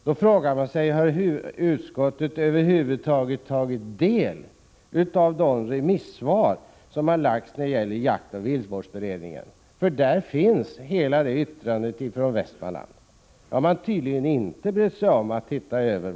Jag frågar mig: Har utskottet över huvud taget tagit del av remissvaren på jaktoch viltvårdsberedningen? Där finns hela yttrandet från Västmanland, men det har man tydligen inte brytt sig om att titta över.